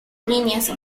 líneas